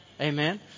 Amen